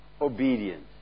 obedience